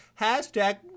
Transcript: Hashtag